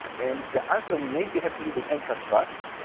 and the answer may be have to do with antitrust.